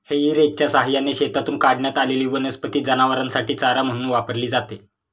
हेई रेकच्या सहाय्याने शेतातून काढण्यात आलेली वनस्पती जनावरांसाठी चारा म्हणून वापरली जाते